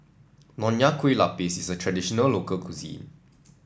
Nonya Kueh Lapis is a traditional local cuisine